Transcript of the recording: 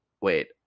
wait